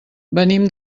venim